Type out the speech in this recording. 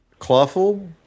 Clawful